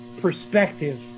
perspective